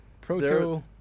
Proto